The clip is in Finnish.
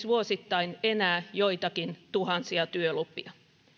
vuosittain enää joitakin tuhansia työlupia